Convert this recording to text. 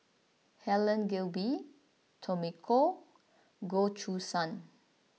Helen Gilbey Tommy Koh Goh Choo San